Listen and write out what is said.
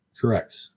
Correct